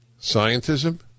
Scientism